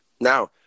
now